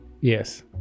yes